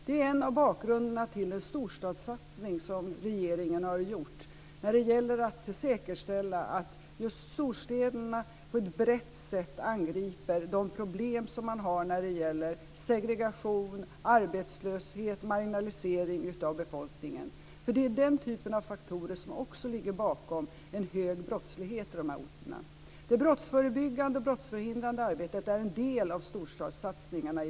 Det är en av bakgrunderna till den storstadssatsning som regeringen har gjort när det gäller att säkerställa att just storstäderna på ett brett sätt angriper de problem som man har när det gäller segregation, arbetslöshet och marginalisering av befolkningen. Det är den typen av faktorer som ligger bakom en hög brottslighet i de här orterna. Det brottsförebyggande och brottsförhindrande arbetet är en del av storstadssatsningarna.